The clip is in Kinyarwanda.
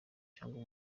cyangwa